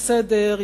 בסדר,